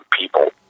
people